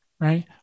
right